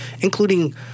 including